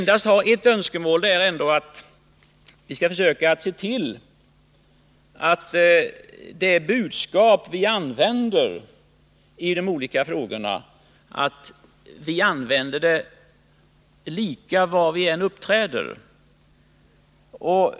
Det var bra att det blev klarlagt.